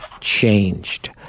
changed